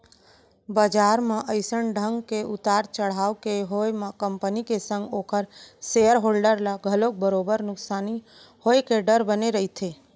बजार म अइसन ढंग के उतार चड़हाव के होय म कंपनी के संग ओखर सेयर होल्डर ल घलोक बरोबर नुकसानी होय के डर बने रहिथे